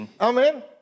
Amen